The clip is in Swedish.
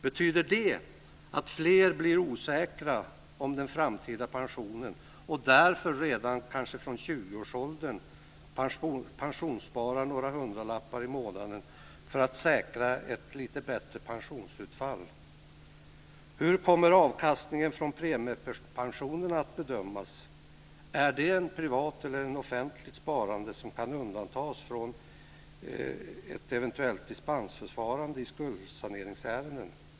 Betyder det att fler blir osäkra om den framtida pensionen och därför kanske redan från 20-årsåldern pensionssparar några hundralappar i månaden för att säkra ett lite bättre pensionsutfall? Hur kommer avkastningen från premiepensionen att bedömas? Är det ett privat eller ett offentligt sparande som kan undantas från ett eventuellt dispensförfarande i skuldsaneringsärenden?